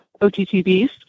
OTTBs